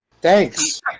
thanks